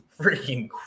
freaking